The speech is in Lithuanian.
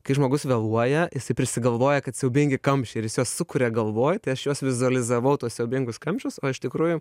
kai žmogus vėluoja jisai prisigalvoja kad siaubingi kamščiai ir jis juos sukuria galvoj tai aš juos vizualizavau tuos siaubingus kamščius o iš tikrųjų